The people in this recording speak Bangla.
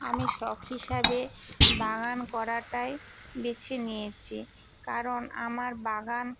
আমি শখ হিসাবে বাগান করাটাই বেছে নিয়েছি কারণ আমার বাগান